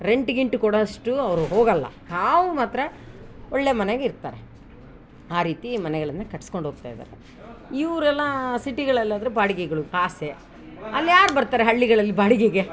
rent ಗಿಂಟು ಕೊಡೋಷ್ಟು ಅವ್ರು ಹೋಗೋಲ್ಲ ಹಾವು ಮಾತ್ರ ಒಳ್ಳೆ ಮನೇಯಾಗ್ ಇರ್ತಾರೆ ಆ ರೀತಿ ಮನೆಗಳನ್ನು ಕಟ್ಟಿಸ್ಕೊಂಡ್ ಹೋಗ್ತಾ ಇದಾರೆ ಇವರೆಲ್ಲಾ ಸಿಟಿಗಳಲ್ಲಿ ಆದರೆ ಬಾಡಿಗೆಗಳು ಕಾಸೇ ಅಲ್ಯಾರು ಬರ್ತಾರೆ ಹಳ್ಳಿಗಳಲ್ಲಿ ಬಾಡಿಗೆಗೆ